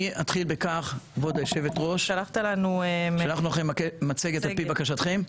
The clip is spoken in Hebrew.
(הצגת מצגת) שלחנו לכם מצגת על פי בקשתכם.